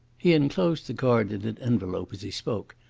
he enclosed the card in an envelope as he spoke,